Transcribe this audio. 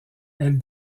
elle